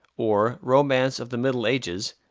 or romance of the middle ages,